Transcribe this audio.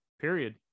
Period